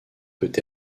peut